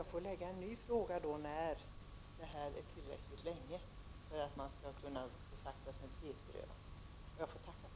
Jag får då ställa en ny fråga om hur lång tid som skall ha gått för att det skall betraktas som ett frihetsberövande. Jag får tacka för svaret.